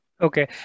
Okay